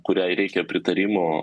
kuriai reikia pritarimo